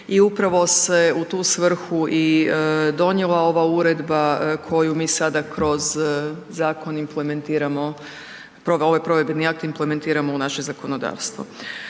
i upravo se u tu svrhu i donijela ova uredba koju mi sada kroz zakon implementiramo ovaj provedbeni akt implementiramo u naše zakonodavstvo.